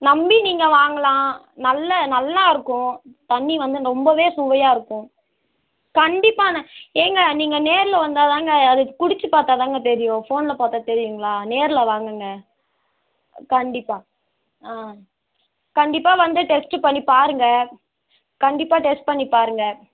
நம்பி நீங்கள் வாங்கலாம் நல்ல நல்லாயிருக்கும் தண்ணி வந்து ரொம்பவே சுவையாக இருக்கும் கண்டிப்பாங்க ஏங்க நீங்கள் நேரில் வந்தால்தாங்க அது குடிச்சு பார்த்தாதாங்க தெரியும் ஃபோனில் பார்த்தா தெரியுங்களா நேரில் வாங்கங்க கண்டிப்பாக ஆ கண்டிப்பாக வந்து டெஸ்ட்டு பண்ணி பாருங்கள் கண்டிப்பாக டெஸ்ட் பண்ணி பாருங்கள்